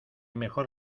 mejor